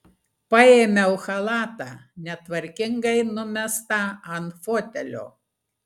paėmiau chalatą netvarkingai numestą ant fotelio